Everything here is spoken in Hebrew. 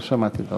לא שמעתי דבר כזה.